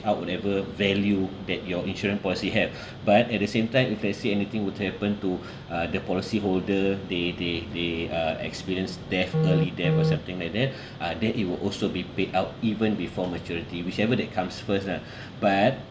out whatever value that your insurance policy have but at the same time if let's say anything would happen to uh the policyholder they they they uh experience death early death or something like that then it will also be paid out even before maturity whichever that comes first lah but